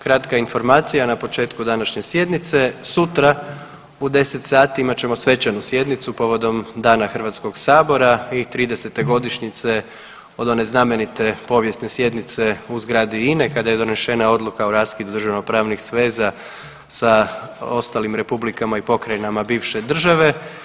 Kratka informacija, na početku današnje sjednice sutra u 10,00 sati imat ćemo svečanu sjednicu povodom Dana Hrvatskog sabora i 30. godišnjice od one znamenite povijesne sjednice u zgradi INA-e kada je donešena odluka o raskidu državnopravnih sveza sa ostalim republikama i pokrajinama bivše države.